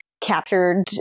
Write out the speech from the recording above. captured